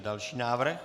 Další návrh.